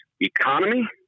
economy